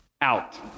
out